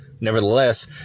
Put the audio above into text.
nevertheless